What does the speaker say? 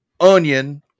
onion